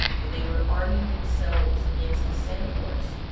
when they were arming themselves against the centaurs,